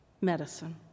medicine